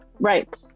Right